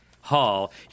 Hall